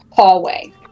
hallway